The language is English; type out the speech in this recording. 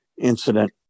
incident